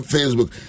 Facebook